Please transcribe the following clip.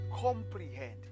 comprehend